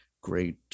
great